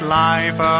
life